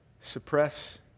suppress